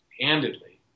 handedly